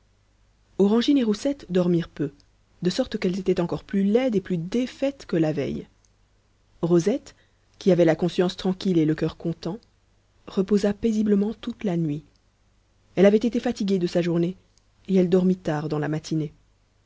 et roussette dormirent peu de sorte qu'elles étaient encore plus laides et plus défaites que la veille rosette qui avait la conscience tranquille et le coeur content reposa paisiblement toute la nuit elle avait été fatiguée de sa journée et elle dormit tard dans la matinée